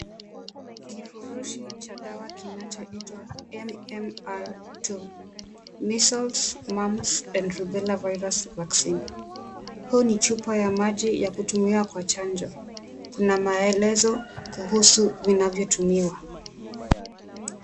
Kifurushi cha dawa kinachoitwa MMR2 Measles Mumps and Rubella virus vaccine hii ni chupa ya maji ya kutumiwa kwa chanjo kuna maelezo kuhusu inavyotumiwa.